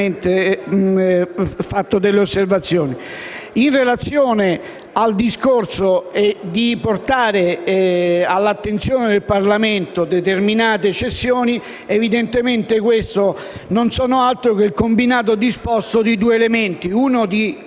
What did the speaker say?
In relazione alla richiesta di portare all'attenzione del Parlamento determinate cessioni, evidentemente questo non è altro che il combinato disposto di due elementi: uno di